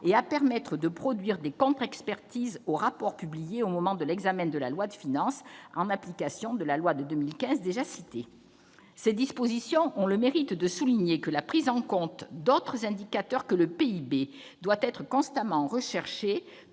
et à permettre la production de contre-expertises au rapport publié au moment de l'examen de la loi de finances, en application de la loi de 2015 déjà citée. Ces dispositions ont le mérite de souligner que la prise en compte d'autres indicateurs que le PIB doit être constamment recherchée,